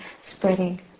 spreading